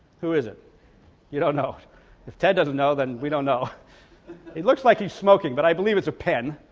who is it you don't know if ted doesn't know then we don't know it looks like he's smoking but i believe it's a pen